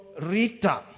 Rita